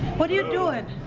what are you doing?